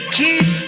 keep